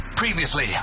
Previously